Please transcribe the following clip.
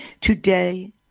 today